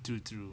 true true